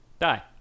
die